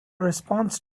response